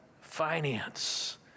finance